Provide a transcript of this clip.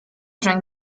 drank